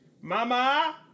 Mama